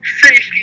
safety